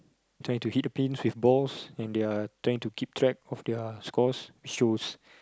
trying to hit the pins with balls and they're trying to keep track of their scores it shows